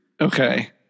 Okay